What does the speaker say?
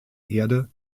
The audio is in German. erde